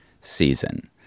season